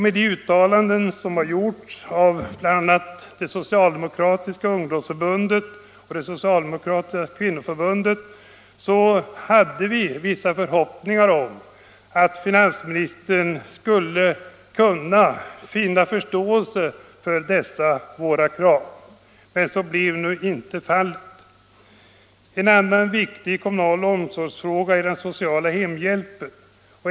Med de uttalanden som gjorts av socialdemokratiska ungdomsförbundet och socialdemokratiska kvinnoförbundet i denna fråga så hade vi vissa förhoppningar om att finansministern skulle finna förståelse för dessa våra krav. Men så blev nu inte fallet. En annan viktig kommunal omsorgsfråga är den sociala hemhjälpen.